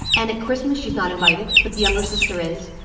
and at christmas she's not invited but the younger sister is.